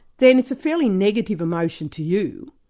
then it's a fairly negative emotion to you.